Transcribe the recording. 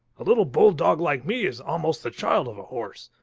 a little bull-dog like me is almost the child of a horse.